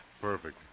Perfect